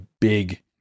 big